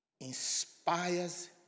inspires